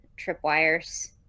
tripwires